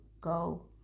go